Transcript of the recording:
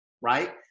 right